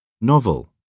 Novel